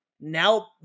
Now